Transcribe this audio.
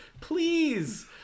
Please